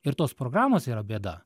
ir tos programos yra bėda